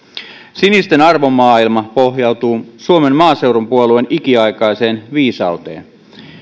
sinisten arvomaailma pohjautuu suomen maaseudun puolueen ikiaikaiseen viisauteen